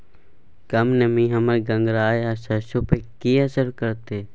कम नमी हमर गंगराय आ सरसो पर की असर करतै?